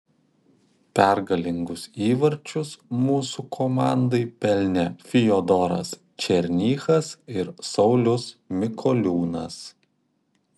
pergalingus įvarčius mūsų komandai pelnė fiodoras černychas ir saulius mikoliūnas